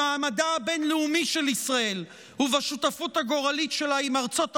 במעמדה הבין-לאומי של ישראל ובשותפות הגורלית שלה עם ארצות הברית,